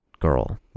girl